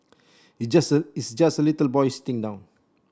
it's just it's just a little boy sitting down